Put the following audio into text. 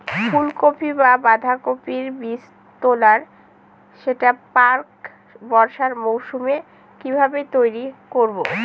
ফুলকপি বা বাঁধাকপির বীজতলার সেট প্রাক বর্ষার মৌসুমে কিভাবে তৈরি করব?